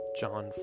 John